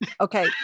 Okay